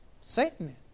Satan